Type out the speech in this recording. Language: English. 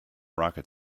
rocket